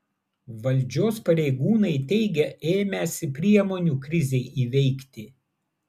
valdžios pareigūnai teigia ėmęsi priemonių krizei įveikti